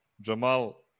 Jamal